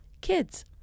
kids